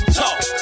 talk